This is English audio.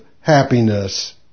happiness